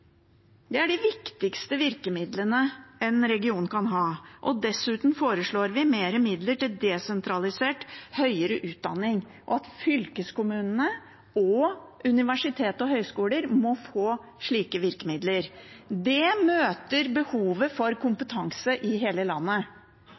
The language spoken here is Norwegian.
Det er de viktigste virkemidlene en region kan ha. Dessuten foreslår vi flere midler til desentralisert høyere utdanning, og at fylkeskommunene og universiteter og høyskoler må få slike virkemidler. Det møter behovet for